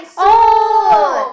oh